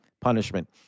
punishment